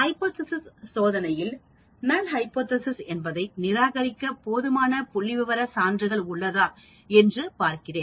hypothesis சோதனையில்நான் null hypothesis என்பதை நிராகரிக்க போதுமான புள்ளிவிவர சான்றுகள் உள்ளதா என்று பார்க்கிறேன்